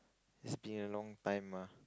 it's been a long time mah